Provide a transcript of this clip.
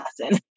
lesson